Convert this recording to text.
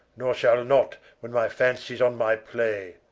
nor shall not when my fancies on my play.